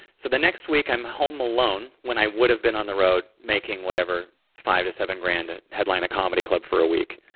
so the next week, i'm home alone when i would've been on the road making whatever, five to seven grand to headline a comedy club for a week,